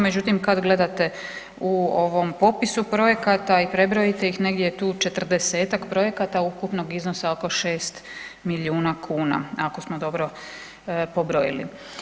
Međutim kad gledate u ovom popisu projekata i prebrojite ih negdje je tu četrdesetak projekata ukupnog iznosa oko 6 milijuna kuna ako smo dobro pobrojili.